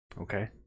okay